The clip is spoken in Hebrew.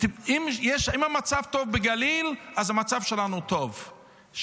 אם המצב טוב בגליל, אז המצב שלנו טוב.